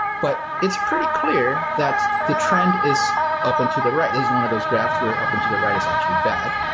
but it's pretty clear that the trend is up and to the right. this is one of those graphs where up and to the right is actually bad.